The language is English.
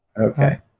Okay